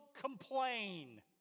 complain